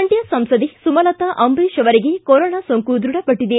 ಮಂಡ್ಯ ಸಂಸದೆ ಸುಮಲತಾ ಅಂಬರೀಷ ಅವರಿಗೆ ಕೊರೊನಾ ಸೋಂಕು ದೃಢಪಟ್ಟದೆ